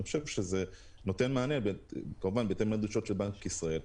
אני חושב שזה נותן מענה בהתאם לדרישות של בנק ישראל.